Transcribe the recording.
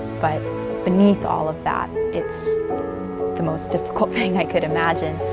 but beneath all of that, it's the most difficult thing i could imagine.